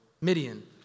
Midian